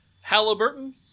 Halliburton